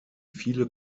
viele